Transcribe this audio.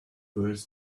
words